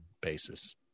basis